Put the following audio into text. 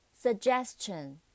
Suggestion